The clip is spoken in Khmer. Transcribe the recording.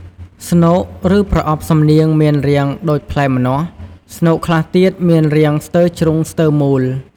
ស្នូក ឬប្រអប់សំនៀងមានរាងដូច ផ្លែម្នាស់ ស្នូកខ្លះទៀតមានរាងស្ទើរជ្រុងស្ទើរមូល ។